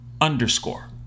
underscore